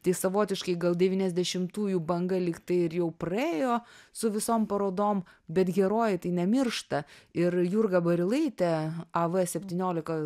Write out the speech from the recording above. tai savotiškai gal devyniasdešimtųjų banga lyg tai ir jau praėjo su visom parodom bet herojė tai nemiršta ir jurga barilaitė av septyniolika